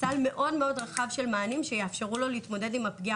סל מאוד רחב של מענים שיאפשרו לו להתמודד עם הפגיעה